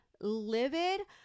livid